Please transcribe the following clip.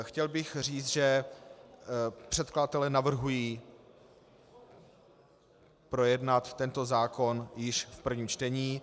Chtěl bych říct, že předkladatelé navrhují projednat tento zákon již v prvním čtení...